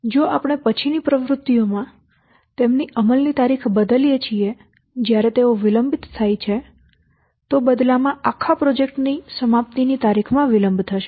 જો આપણે પછીની પ્રવૃત્તિઓમાં તેમની અમલની તારીખ બદલીએ છીએ જ્યારે તેઓ વિલંબિત થાય છે તો બદલામાં આખા પ્રોજેક્ટ ની સમાપ્તિ ની તારીખમાં વિલંબ થશે